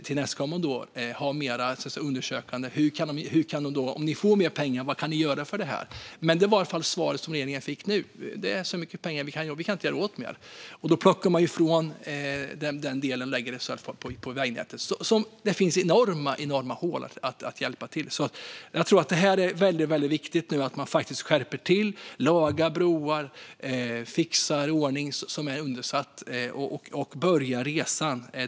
Till nästkommande år kan man naturligtvis undersöka detta mer: Om ni får mer pengar, vad kan ni göra för detta? Det svar regeringen fick nu var dock att de inte kunde göra av med mer pengar. Då plockar man från den delen och lägger det på vägnätet där det finns enorma hål att avhjälpa. Jag tror att det är väldigt viktigt att man nu faktiskt skärper till, lagar broar, fixar i ordning det som är eftersatt och börjar resan.